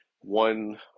one